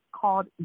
called